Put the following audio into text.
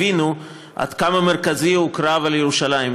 הבינו עד כמה מרכזי הוא הקרב על ירושלים.